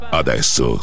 adesso